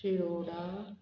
Tiroda